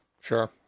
Sure